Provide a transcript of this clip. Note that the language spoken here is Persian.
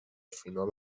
فینال